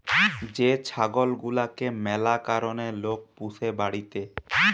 যে ছাগল গুলাকে ম্যালা কারণে লোক পুষে বাড়িতে